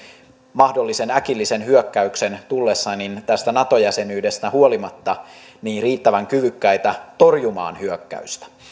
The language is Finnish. mahdollisen äkillisen hyökkäyksen tullessa tästä nato jäsenyydestään huolimatta riittävän kyvykkäitä torjumaan hyökkäystä